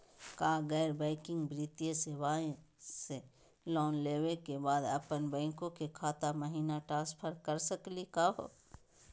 का गैर बैंकिंग वित्तीय सेवाएं स लोन लेवै के बाद अपन बैंको के खाता महिना ट्रांसफर कर सकनी का हो?